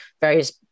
various